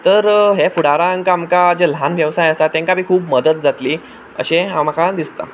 तर हे फुडारांत आमकां जे ल्हान वेवसाय आसात तेंकां खूब मदत जातली अशें म्हाका दिसता